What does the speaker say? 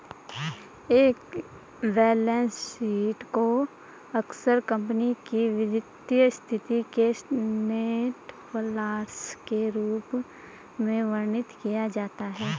एक balance sheet को अक्सर कंपनी की वित्तीय स्थिति के स्नैपशॉट के रूप में वर्णित किया जाता है